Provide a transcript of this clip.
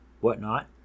whatnot